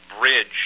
bridge